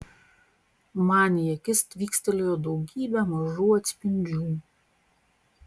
man į akis tvykstelėjo daugybė mažų atspindžių